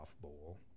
bowl